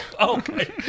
okay